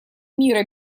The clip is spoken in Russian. мира